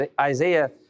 Isaiah